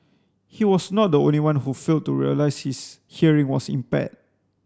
he was not the only one who failed to realise his hearing was impaired